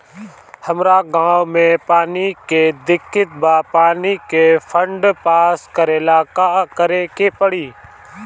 हमरा गॉव मे पानी के दिक्कत बा पानी के फोन्ड पास करेला का करे के पड़ी?